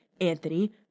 Anthony